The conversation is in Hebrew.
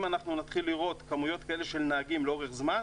אם אנחנו נתחיל לראות כמויות כאלה של נהגים לאורך זמן,